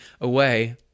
away